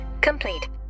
complete